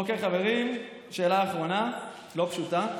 אוקיי, חברים, שאלה אחרונה, לא פשוטה: